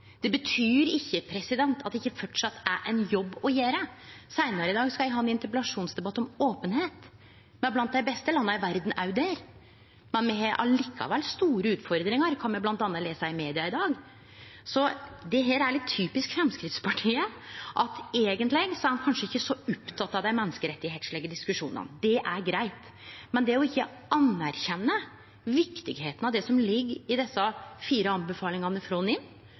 Det betyr ikkje at det ikkje framleis er ein jobb å gjere. Seinare i dag skal me ha ein interpellasjonsdebatt om openheit. Me er i Norge blant dei beste landa i verda òg der. Me har likevel store utfordringar. Det kan ein bl.a. lese om i media i dag. Dette er litt typisk Framstegspartiet. Eigentleg er ein ikkje så oppteken av dei menneskerettslege diskusjonane. Det er greitt. Men at ein ikkje anerkjenner det viktige i det som ligg i desse fire anbefalingane frå